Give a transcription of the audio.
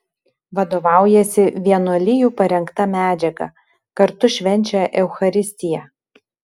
vadovaujasi vienuolijų parengta medžiaga kartu švenčia eucharistiją